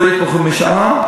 לא יתמכו במשאל עם?